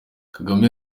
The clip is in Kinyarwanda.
kagame